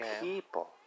people